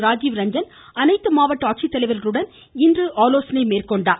ராஜீவ் ரஞ்சன் அனைத்து மாவட்ட ஆட்சித்தலைவர்களுடன் இன்று ஆலோசனை மேற்கொண்டார்